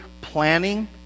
Planning